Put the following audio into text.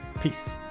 Peace